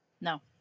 no